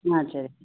ஆ சரி